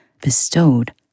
bestowed